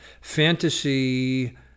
fantasy